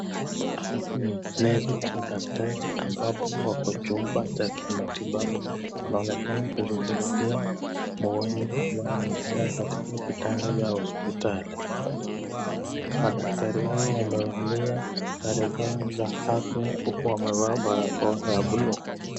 Hawa ni nesi au daktari ambapo wako chumba cha kimatibabu, wanaonekana kushughulikia mgonjwa ambaye amelala katika kitanda ya hosiptali, madaktari hawa wamevalia sare zao za afya huku wamevaa barakoa ya buluu.